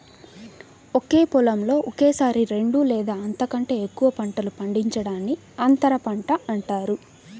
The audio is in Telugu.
ఒకే పొలంలో ఒకేసారి రెండు లేదా అంతకంటే ఎక్కువ పంటలు పండించడాన్ని అంతర పంట అంటారు